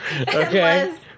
Okay